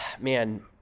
man